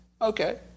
okay